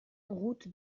route